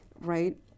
right